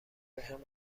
بهم